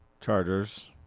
Chargers